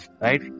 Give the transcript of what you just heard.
right